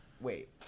wait